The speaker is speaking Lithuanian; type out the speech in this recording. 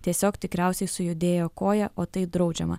tiesiog tikriausiai sujudėjo koja o tai draudžiama